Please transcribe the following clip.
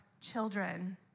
children